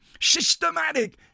Systematic